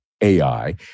AI